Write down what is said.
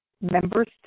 members